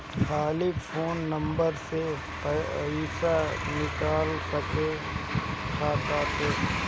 खाली phone number से पईसा निकल सकेला खाता से?